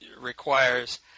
requires